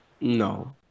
No